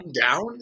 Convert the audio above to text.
down